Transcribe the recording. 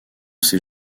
ses